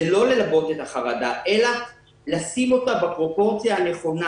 היא לא ללבות את החרדה אלא לשים אותה בפרופורציה הנכונה